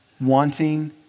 wanting